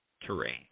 terrain